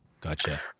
gotcha